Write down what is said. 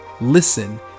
Listen